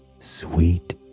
sweet